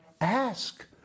ask